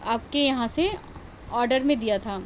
آپ کے یہاں سے آڈر میں دیا تھا